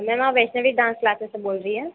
ma'am आप Vaishnavi dance classes से बोल रहीं हैं